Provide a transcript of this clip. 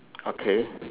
okay